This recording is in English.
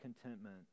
contentment